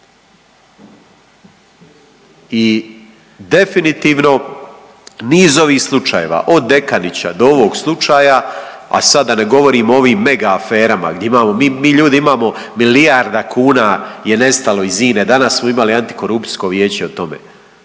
I definitivno niz ovih slučajeva od Dekanića, do ovog slučaja, a sada da ne govorim o ovim mega aferama gdje imamo, mi ljudi imamo milijarda je kuna nestalo iz INE. Danas smo imali antikorupcijsko vijeće o tome.